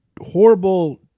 horrible